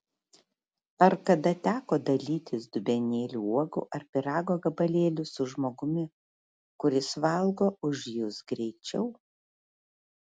ar kada teko dalytis dubenėliu uogų ar pyrago gabalėliu su žmogumi kuris valgo už jus greičiau